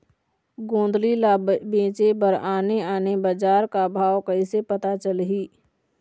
गोंदली ला बेचे बर आने आने बजार का भाव कइसे पता चलही?